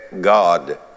God